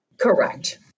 Correct